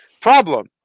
Problem